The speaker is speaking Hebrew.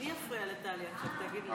מי יפריע לטלי עכשיו, תגיד לי.